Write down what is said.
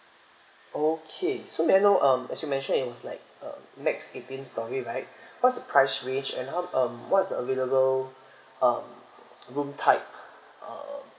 okay so may I know um as you mentioned it was like uh max eighteen story right what's the price range and how um what's available um room type uh